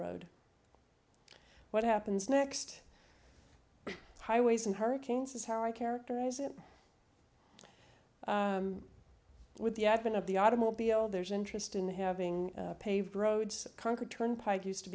road what happens next highways and hurricanes is how i characterize it with the advent of the automobile there's interest in having paved roads conquered turnpike used to